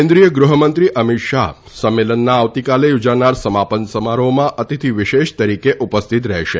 કેન્દ્રિય ગૃહમંત્રી અમિત શાહ સંમેલનના આવતીકાલે યોજાનારા સમાપન સમારોહમાં અતિથિ વિશેષ તરીકે ઉપસ્થિત રહેશે